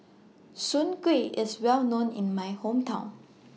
Soon Kuih IS Well known in My Hometown